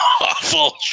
awful